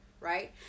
Right